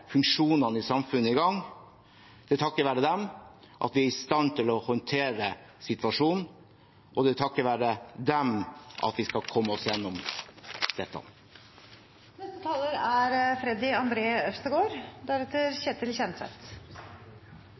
funksjonene i samfunnet i gang. Det er takket være dem at vi er i stand til å håndtere situasjonen, og det er takket være dem at vi skal komme oss igjennom dette.